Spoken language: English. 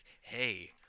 hey